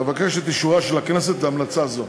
אבקש את אישורה של הכנסת להמלצה זו.